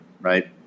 Right